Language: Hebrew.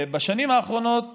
בשנים האחרונות